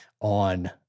on